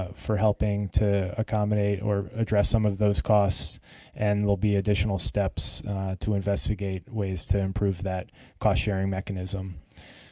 ah for helping to accommodate or address some of those costs and there will be additional steps to investigate ways to improve that cost sharing mechanism.